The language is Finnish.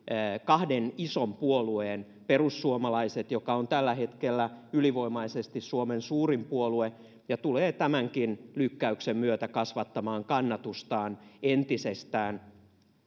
kahden ison puolueen perussuomalaiset joka on tällä hetkellä ylivoimaisesti suomen suurin puolue ja tulee tämänkin lykkäyksen myötä kasvattamaan kannatustaan entisestään